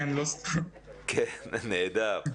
נהדר.